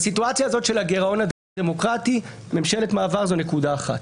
בסיטואציה הזאת של הגירעון הדמוקרטי ממשלת מעבר זו נקודה אחת.